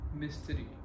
Mystery